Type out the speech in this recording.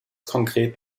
konkret